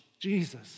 Jesus